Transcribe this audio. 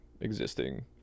existing